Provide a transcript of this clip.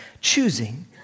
choosing